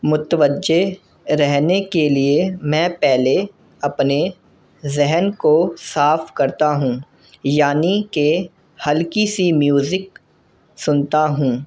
متوجہ رہنے کے لیے میں پہلے اپنے ذہن کو صاف کرتا ہوں یعنی کہ ہلکی سی میوزک سنتا ہوں